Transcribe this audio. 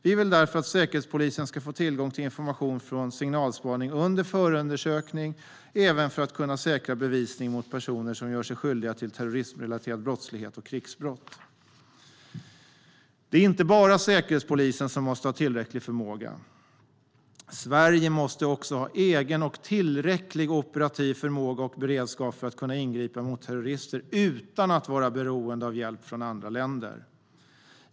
Vi vill därför att Säkerhetspolisen ska få tillgång till information från signalspaning under förundersökning även för att kunna säkra bevisning mot personer som gör sig skyldiga till terrorismrelaterad brottslighet och krigsbrott. Det är inte bara Säkerhetspolisen som måste ha tillräcklig förmåga. Sverige måste också ha egen och tillräcklig operativ förmåga och beredskap för att kunna ingripa mot terrorister utan att vara beroende av hjälp från andra länder.